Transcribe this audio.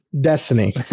destiny